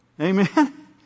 Amen